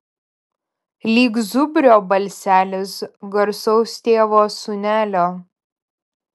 lyg zubrio balselis garsaus tėvo sūnelio